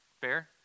Fair